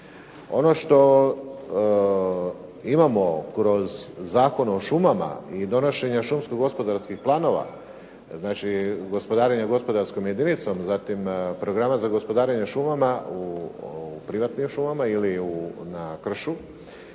Ono što imamo kroz Zakon o šumama i donošenje šumskogospodarskih planova, znači gospodarenje gospodarskom jedinom, zatim programa za gospodarenje šumama u privatnim šumama ili na kršu,